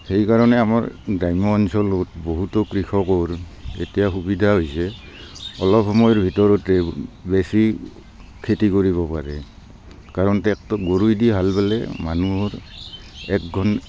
সেইকাৰণে আমাৰ গ্ৰাম্য অঞ্চলত বহুতো কৃষকৰ এতিয়া সুবিধা হৈছে অলপ সময়ৰ ভিতৰতেই বেছি খেতি কৰিব পাৰে কাৰণ ট্ৰেক্টৰ গৰুৱেদি হাল বালে মানুহৰ এক ঘণ